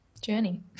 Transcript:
journey